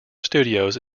studios